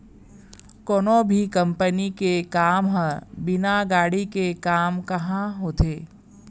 कोनो भी कंपनी के काम ह बिना गाड़ी के काम काँहा होथे